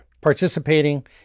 participating